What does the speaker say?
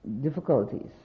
difficulties